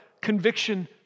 Conviction